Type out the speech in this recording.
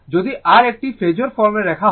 যদি r একটি phasor ফর্মে রাখা হয়